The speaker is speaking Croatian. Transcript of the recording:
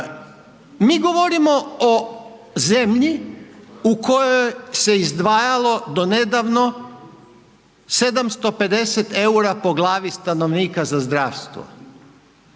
Mi govorimo o zemlji u kojoj se izdvajalo do nedavno 750 EUR-a po glavi stanovnika za zdravstvo.